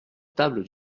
table